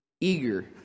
eager